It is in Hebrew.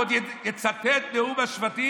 ועוד יצטט את נאום השבטים?